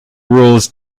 rules